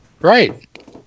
Right